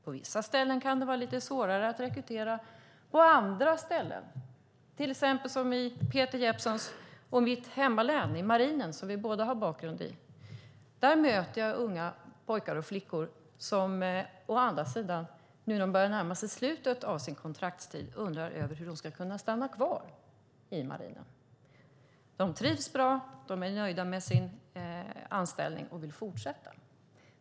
På vissa ställen kan det vara lite svårare att rekrytera. På andra ställen, till exempel i Peter Jeppssons och mitt hemlän, i marinen, som vi båda har bakgrund i, möter jag unga pojkar och flickor som när de börjar närma sig slutet av sin kontraktstid undrar över hur de ska kunna stanna kvar i marinen. De trivs bra. De är nöjda med sin anställning och vill fortsätta.